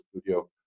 studio